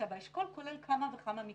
האשכול כולל כמה וכמה מקצועות.